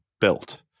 built